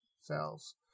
cells